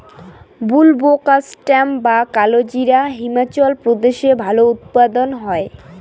বুলবোকাস্ট্যানাম বা কালোজিরা হিমাচল প্রদেশে ভালো উৎপাদন হয়